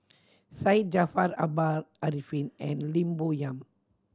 Syed Jaafar Albar Arifin and Lim Bo Yam